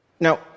Now